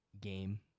game